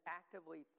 actively